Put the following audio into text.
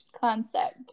concept